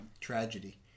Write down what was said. tragedy